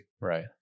right